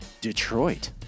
Detroit